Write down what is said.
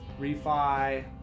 refi